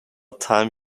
time